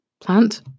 plant